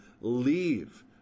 leave